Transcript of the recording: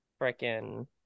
freaking